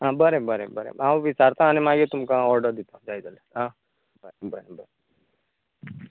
आं बरें बरें बरें हांव विचारतां आनी मागीर तुमकां हांव ऑर्डर दितां जाय जाल्यार बरें बरें